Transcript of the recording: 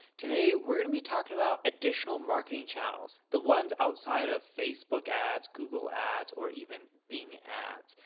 today, we're going to be talking about additional marketing channels. the ones outside of facebook ads, google ads, or even bing ads.